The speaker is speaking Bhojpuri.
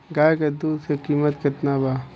गाय के दूध के कीमत केतना बा?